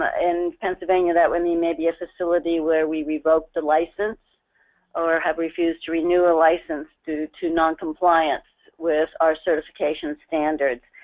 in pennsylvania that would mean maybe a facility where we revoked the license or have refused to renew a license due to noncompliance with our certification standards.